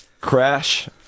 Crash